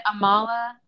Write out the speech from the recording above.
Amala